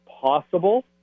possible